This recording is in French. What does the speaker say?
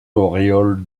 auréole